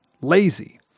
lazy